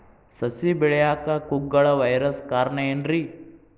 ಸಸಿ ಬೆಳೆಯಾಕ ಕುಗ್ಗಳ ವೈರಸ್ ಕಾರಣ ಏನ್ರಿ?